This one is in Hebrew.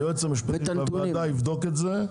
היועץ המשפטי של הוועדה יבדוק את זה,